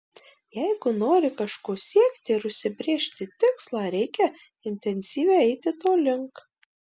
jeigu nori kažko siekti ir užsibrėžti tikslą reikia intensyviai eiti to link